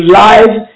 life